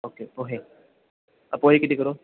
okay pohe pohe किती करू